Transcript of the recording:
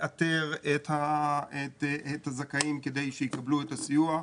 לאתר את הזכאים כדי שיקבלו את הסיוע.